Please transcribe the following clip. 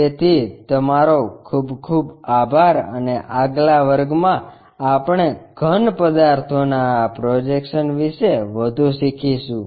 તેથી તમારો ખૂબ ખૂબ આભાર અને આગલા વર્ગમાં આપણે ઘન પદાર્થોના આ પ્રોજેક્શન્સ વિશે વધુ શીખીશું